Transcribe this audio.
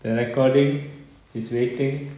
the recording is waiting